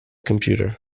computer